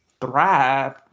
thrive